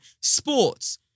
Sports